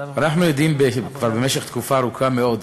אנחנו עדים כבר במשך תקופה ארוכה מאוד,